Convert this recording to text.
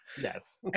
yes